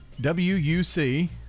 W-U-C